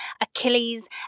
Achilles